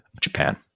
Japan